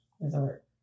resort